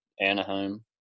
Anaheim